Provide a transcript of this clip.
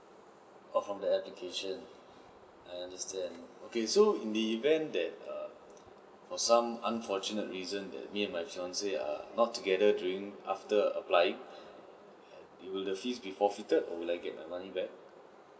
oh from the application I understand okay so in the event that err for some unfortunate reason that me and my fiancee are not together during after applying will the fees be forfeited or will I get my money back